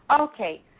Okay